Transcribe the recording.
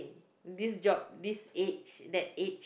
this job this age that age